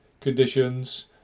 conditions